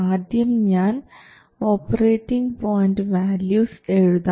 ആദ്യം ഞാൻ operating point values എഴുതാം